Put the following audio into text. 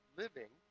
living